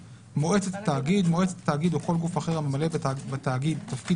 "מועצת תאגיד" מועצת תאגיד או כל גוף אחר הממלא בתאגיד תפקיד